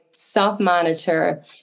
self-monitor